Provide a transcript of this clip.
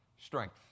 strength